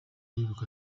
ariruka